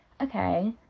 okay